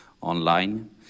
online